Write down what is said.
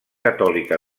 catòlica